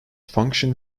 function